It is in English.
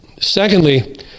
Secondly